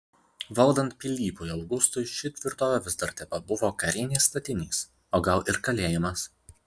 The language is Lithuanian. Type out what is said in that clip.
valdant pilypui augustui ši tvirtovė vis dar tebebuvo karinis statinys o gal ir kalėjimas